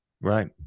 Right